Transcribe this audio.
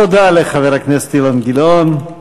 תודה לחבר הכנסת אילן גילאון.